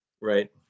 Right